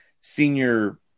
senior